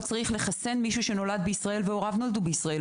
לא צריך לחסן מישהו שנולד בישראל והוריו נולדו בישראל,